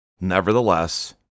Nevertheless